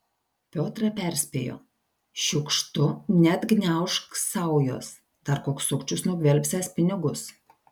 piotrą perspėjo šiukštu neatgniaužk saujos dar koks sukčius nugvelbsiąs pinigus